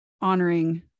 honoring